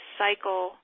cycle